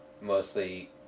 mostly